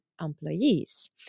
employees